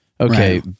Okay